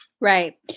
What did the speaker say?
Right